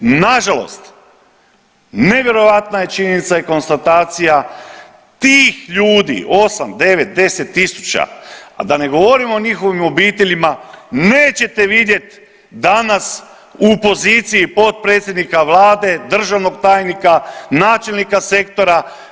Nažalost nevjerojatna je činjenica i konstatacija, tih ljudi, 8, 9, 10 tisuća, a da ne govorim o njihovim obiteljima, nećete vidjeti danas u poziciji potpredsjednika Vlade, državnog tajnika, načelnika sektora.